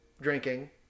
drinking